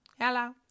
Hello